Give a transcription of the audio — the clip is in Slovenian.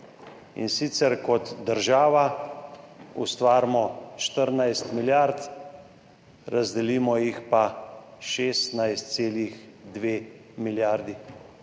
in sicer, kot država ustvarimo 14 milijard, razdelimo pa 16,2 milijardi,